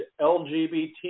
LGBT